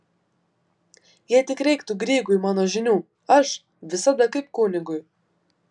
jei tik reiktų grygui mano žinių aš visada kaip kunigui